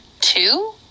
Two